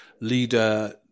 leader